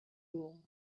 rule